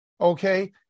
okay